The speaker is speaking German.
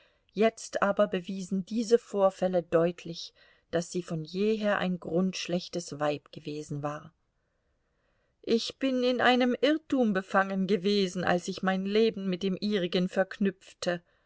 jetzt aber bewiesen diese vorfälle deutlich daß sie von jeher ein grundschlechtes weib gewesen war ich bin in einem irrtum befangen gewesen als ich mein leben mit dem ihrigen verknüpfte